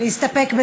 מסתפקים.